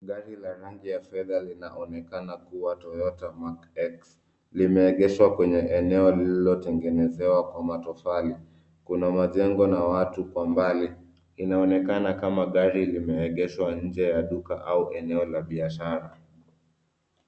Gari la rangi ya fedha linaonekana kuwa Toyota Mark x. Limeegeshwa kwenye eneo lililotengenezewa kwa matofali. Kuna majengo na watu kwa mbali. Inaonekana kama gari limeegeshwa nje ya duka au eneo la biashara.